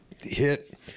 hit